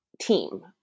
team